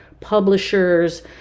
publishers